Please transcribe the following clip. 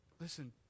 Listen